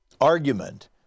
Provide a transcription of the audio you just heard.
argument